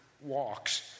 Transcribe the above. walks